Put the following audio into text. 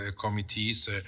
committees